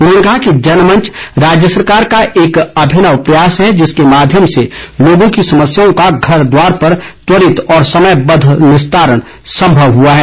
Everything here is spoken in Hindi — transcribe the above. उन्होंने कहा कि जनमंच राज्य सरकार का एक अभिनव प्रयास है जिसके माध्यम से लोगों की समस्याओ का घर द्वार पर त्वरित व समयबद्ध निस्तारण सम्भव हुआ है